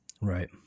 Right